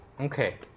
Okay